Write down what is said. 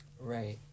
Right